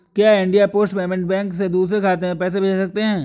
क्या India post payment bank से दूसरे खाते में पैसे भेजे जा सकते हैं?